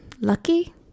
lucky